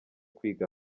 kwiga